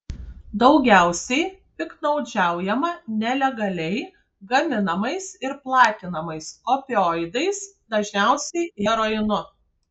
daugiausiai piktnaudžiaujama nelegaliai gaminamais ir platinamais opioidais dažniausiai heroinu